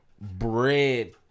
bread